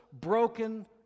broken